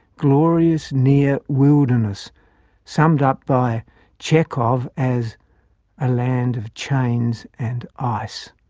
glorious near-wilderness, summed up by chekov as a land of chains and ice.